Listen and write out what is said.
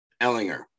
Ellinger